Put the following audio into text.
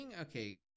okay